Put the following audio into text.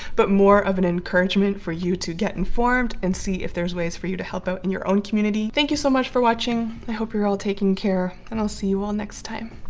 but more of an encouragement for you to get informed and see if there's ways for you to help out in your own community. thank you so much for watching. i hope you're all taking care, and i'll see you all next time.